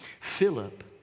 Philip